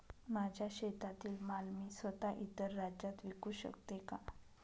माझ्या शेतातील माल मी स्वत: इतर राज्यात विकू शकते का?